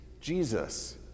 Jesus